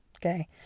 Okay